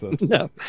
No